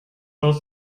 das